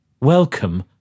welcome